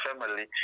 family